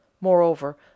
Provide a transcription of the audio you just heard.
Moreover